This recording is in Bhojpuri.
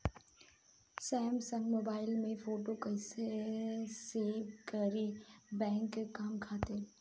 सैमसंग मोबाइल में फोटो कैसे सेभ करीं बैंक के काम खातिर?